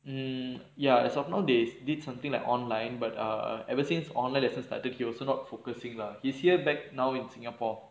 mm ya that's why nowadays did something like online but err ever since online that first started he also not focusing lah he's here back now in singapore